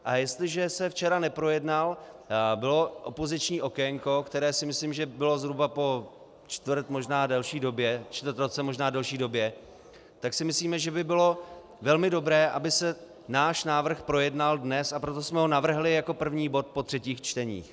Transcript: A jestliže se včera neprojednal, bylo opoziční okénko, které si myslím, že bylo zhruba po čtvrt roce a možná delší době, tak si myslíme, že by bylo velmi dobré, aby se náš návrh projednal dnes, a proto jsme ho navrhli jako první bod po třetích čteních.